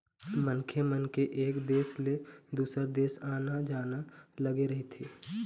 मनखे मन के एक देश ले दुसर देश आना जाना लगे रहिथे